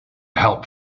help